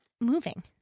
moving